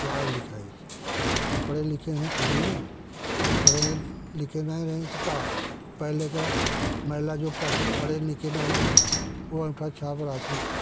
पढ़ाई लिखाई पढ़े लिखे हैं तभी ना पढ़े खे गए नहीं तो क्या पहले का महिला जो पढ़ी लिखी नहीं थीं वो अँगूठा छाप रहती थीं